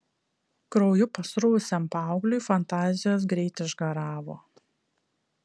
krauju pasruvusiam paaugliui fantazijos greit išgaravo